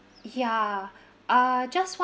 ya uh just want